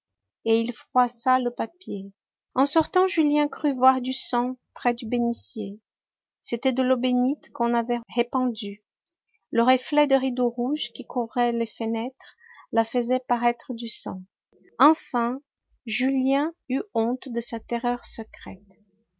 et il froissa le papier en sortant julien crut voir du sang près du bénitier c'était de l'eau bénite qu'on avait répandue le reflet des rideaux rouges qui couvraient les fenêtres la faisait paraître du sang enfin julien eut honte de sa terreur secrète